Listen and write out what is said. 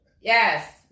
Yes